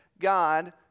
God